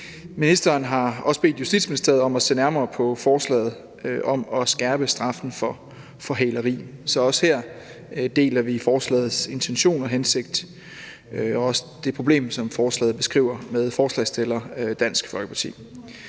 Ministeren har også bedt Justitsministeriet om at se nærmere på forslaget om at skærpe straffen for hæleri. Så også her deler vi forslagets intention og hensigt i forhold til det problem, som forslaget beskriver med Dansk Folkeparti